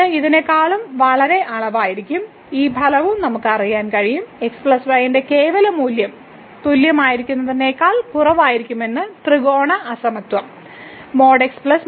ഇത് ഇതിനെക്കാൾ വലിയ അളവായിരിക്കും ഈ ഫലവും നമുക്ക് അറിയാൻ കഴിയും x y ന്റെ കേവല മൂല്യം തുല്യമായതിനേക്കാൾ കുറവായിരിക്കുമെന്ന ത്രികോണ അസമത്വം | x || y |